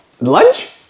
lunch